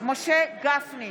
משה גפני,